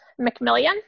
McMillian